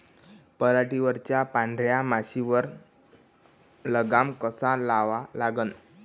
पराटीवरच्या पांढऱ्या माशीवर लगाम कसा लावा लागन?